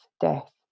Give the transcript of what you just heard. death